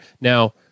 Now